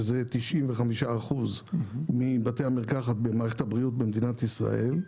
שזה 95% מבתי המרקחת במערכת הבריאות במדינת ישראל.